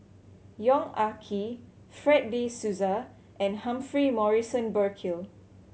Yong Ah Kee Fred De Souza and Humphrey Morrison Burkill